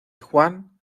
juan